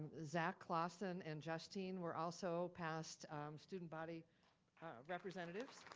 zach clausen and justine were also past student body representatives.